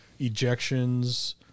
ejections